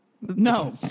No